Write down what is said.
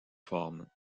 formes